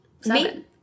seven